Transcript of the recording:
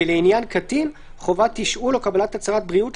ולעניין קטין חובת תשאול או קבלת הצהרת בריאות,